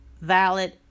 valid